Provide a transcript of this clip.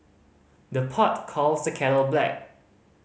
the pot calls the kettle black